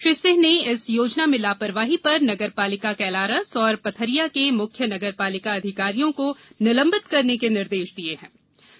श्री सिंह ने इस योजना में लापरवाही पर नगर पालिका कैलारस और पथरिया के मुख्य नगर पालिका अधिकारियों को निलंबित करने के निर्देश दिये गये है